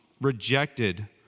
rejected